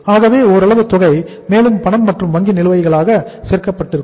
ஆகவே இது ஓரளவு தொகை மேலும் பணம் மற்றும் வங்கி நிலுவைகளாக சேர்க்கப்பட்டிருக்கும்